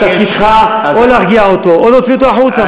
תפקידך או להרגיע אותו או להוציא אותו החוצה,